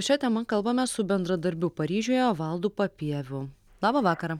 šia tema kalbamės su bendradarbiu paryžiuje valdu papieviu labą vakarą